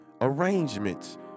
arrangements